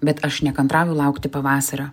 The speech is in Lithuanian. bet aš nekantrauju laukti pavasario